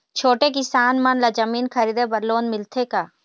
छोटे किसान मन ला जमीन खरीदे बर लोन मिलथे का?